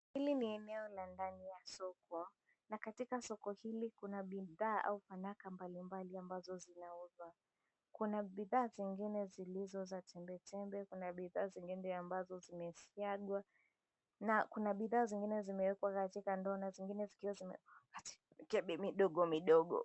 Hili ni eneo la ndani ya soko. Na katika soko hili kuna bidhaa au fanaka mbalimbali ambazo zinauzwa. Kuna bidhaa zingine zilizo za chembechembe, kuna bidhaa zingine ambazo zimesiagwa, na kuna bidhaa zingine zimewekwa katika ndoo na zingine zikiwa zimewekwa katika mikebe midogo midogo.